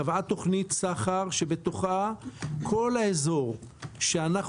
קבעה תוכנית סחר שבתוכה כל האזור שאנחנו